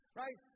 right